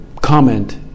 comment